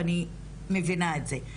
ואני מבינה את זה.